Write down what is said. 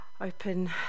open